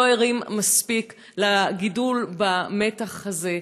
לא ערים מספיק לגידול במתח הזה.